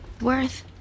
worth